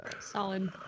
Solid